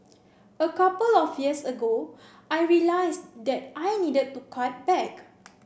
a couple of years ago I realised that I needed to cut back